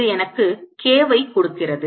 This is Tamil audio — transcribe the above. இது எனக்கு K வை கொடுக்கிறது